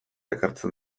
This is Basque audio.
ekartzen